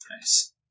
Nice